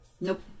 Nope